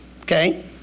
Okay